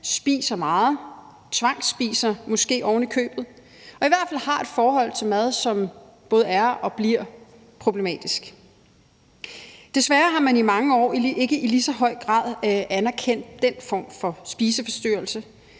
spiser meget, tvangsspiser måske ovenikøbet, og i hvert fald har et forhold til mad, som både er og bliver problematisk. Desværre har man i mange år ikke i lige så høj grad anerkendt den form for spiseforstyrrelse.